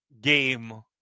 game